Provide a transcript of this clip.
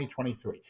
2023